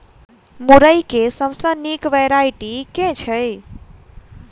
मुरई केँ सबसँ निक वैरायटी केँ छै?